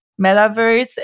metaverse